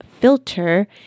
filter